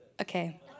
Okay